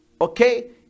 okay